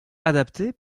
adaptés